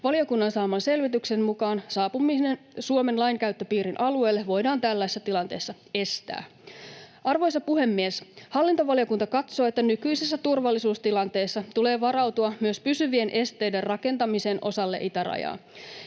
Valiokunnan saaman selvityksen mukaan saapuminen Suomen lainkäyttöpiirin alueelle voidaan tällaisessa tilanteessa estää. Arvoisa puhemies! Hallintovaliokunta katsoo, että nykyisessä turvallisuustilanteessa tulee varautua myös pysyvien esteiden rakentamiseen osalle itärajaa.